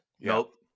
Nope